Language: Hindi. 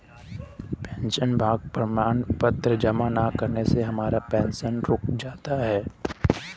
पेंशनभोगी प्रमाण पत्र जमा न करने से हमारा पेंशन रुक जाता है